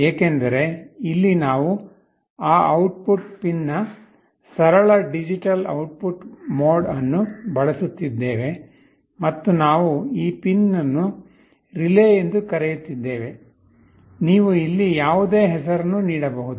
ಏಕೆಂದರೆ ಇಲ್ಲಿ ನಾವು ಆ ಔಟ್ಪುಟ್ ಪಿನ್ನ ಸರಳ ಡಿಜಿಟಲ್ ಔಟ್ಪುಟ್ ಮೋಡ್ ಅನ್ನು ಬಳಸುತ್ತಿದ್ದೇವೆ ಮತ್ತು ನಾವು ಈ ಪಿನ್ನ್ನು "ರಿಲೇ" ಎಂದು ಕರೆಯುತ್ತಿದ್ದೇವೆ ನೀವು ಇಲ್ಲಿ ಯಾವುದೇ ಹೆಸರನ್ನು ನೀಡಬಹುದು